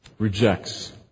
Rejects